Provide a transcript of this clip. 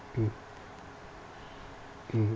mm mmhmm